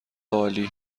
عالی